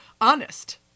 honest